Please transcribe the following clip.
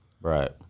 Right